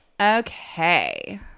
Okay